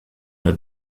der